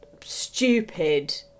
stupid